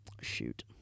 Shoot